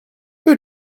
who